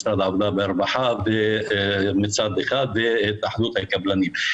משרד העבודה והרווחה מצד אחד והתאחדות הקבלנים.